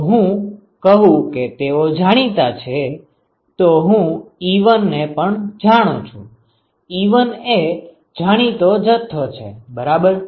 જો હું કહું કે તેઓ જાણીતા છે તો હું εi ને પણ જાણું છું εi એ જાણીતો જાણીતો જથ્થો છે બરાબર